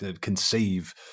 conceive